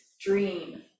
dream